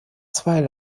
zwei